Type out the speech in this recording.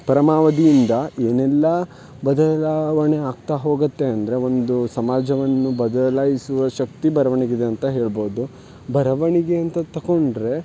ಪರಮಾವಧಿಯಿಂದ ಏನೆಲ್ಲ ಬದಲಾವಣೆ ಆಗ್ತಾ ಹೋಗುತ್ತೆ ಅಂದರೆ ಒಂದು ಸಮಾಜವನ್ನು ಬದಲಾಯಿಸುವ ಶಕ್ತಿ ಬರವಣಿಗಿದೆ ಅಂತ ಹೇಳ್ಬೌದು ಬರವಣಿಗೆ ಅಂತ ತಕೊಂಡರೆ